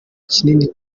kinini